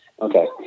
Okay